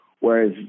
Whereas